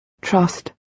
trust